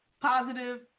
positive